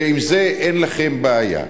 ועם זה אין לכם בעיה.